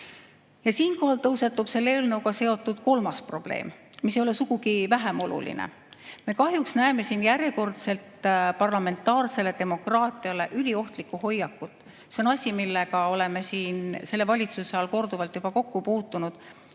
Ja siinkohal tõusetub selle eelnõuga seotud kolmas probleem, mis ei ole sugugi vähem oluline. Me kahjuks näeme siin järjekordset parlamentaarsele demokraatiale üliohtlikku hoiakut. See on asi, millega oleme siin selle valitsuse ajal juba korduvalt kokku puutunud,